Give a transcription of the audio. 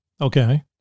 Okay